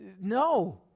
no